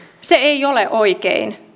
se ei ole oikein